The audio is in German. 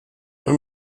hör